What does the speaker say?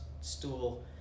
stool